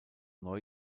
neu